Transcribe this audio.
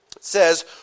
says